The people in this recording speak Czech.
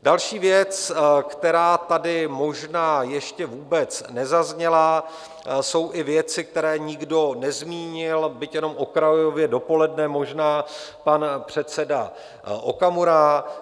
Další věc, která tady možná ještě vůbec nezazněla, jsou i věci, které nikdo nezmínil, byť jenom okrajově dopoledne možná pan předseda Okamura.